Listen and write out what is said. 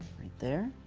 there.